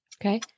Okay